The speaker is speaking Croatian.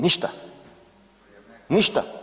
Ništa, ništa.